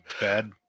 Bad